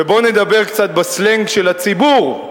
ובואו נדבר קצת בסלנג של הציבור,